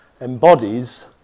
embodies